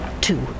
two